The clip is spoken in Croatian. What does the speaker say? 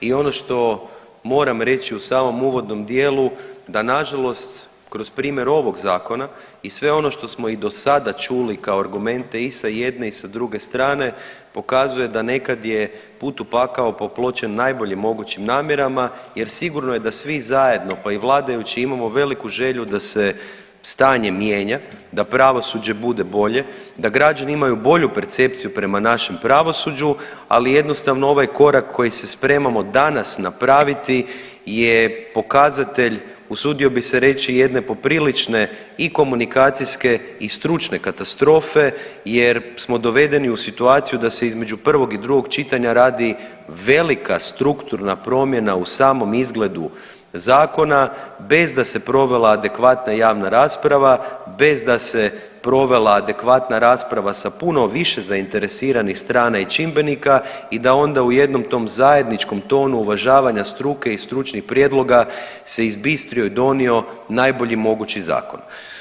I ono što moram reći u samom uvodnom dijelu da nažalost kroz primjer ovog zakona i sve ono što smo i do sada čuli kao argumente i sa jedne i sa druge strane pokazuje da neka je put u pakao popločen najboljim mogućim namjerama jer sigurno je da svi zajedno pa i vladajući imamo veliku želju da se stanje mijenja, da pravosuđe bude bolje, da građani imaju bolju percepciju prema našem pravosuđu, ali jednostavno ovaj korak koji se spremamo danas napraviti je pokazatelj, usudio bi se reći jedne poprilične i komunikacijske i stručne katastrofe jer smo dovedeni u situaciju da se između prvog i drugog čitanja radi velika strukturna promjena u samom izgledu zakona, bez da se provela adekvatna javna rasprava, bez da se provela adekvatna rasprava sa puno više zainteresiranih strana i čimbenika i da onda u jednom tom zajedničkom tonu uvažavanja struke i stručnih prijedloga se izbistrio i donio najbolji mogući zakon.